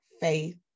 faith